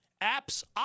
App's